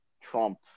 Trump